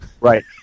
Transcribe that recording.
Right